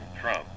Trump